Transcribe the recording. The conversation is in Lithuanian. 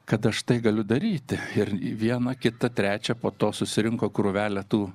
kad aš tai galiu daryti ir vieną kitą trečią po to susirinko krūvelė tų